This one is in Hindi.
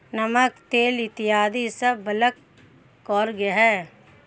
नमक, तेल इत्यादी सब बल्क कार्गो हैं